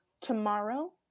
Tomorrow